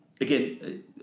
Again